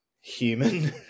human